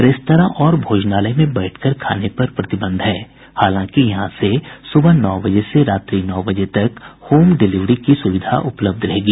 restaurant और भोजनालय में बैठ कर खाने पर प्रतिबंध है हालांकि यहां से सुबह नौ बजे से रात्रि नौ बजे तक होम डिलीवरी की सुविधा उपलब्ध रहेगी